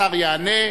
השר יענה,